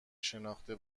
شناخته